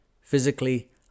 Physically